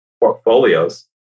portfolios